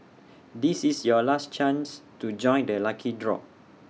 this is your last chance to join the lucky draw